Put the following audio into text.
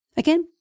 Again